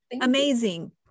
Amazing